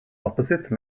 opposite